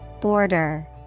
Border